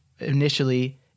initially